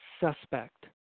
suspect